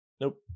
Nope